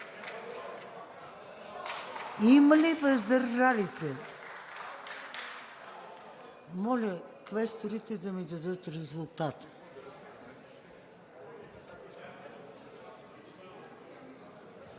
Има ли въздържали се? Моля квесторите да ми дадат резултата.